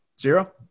zero